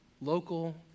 local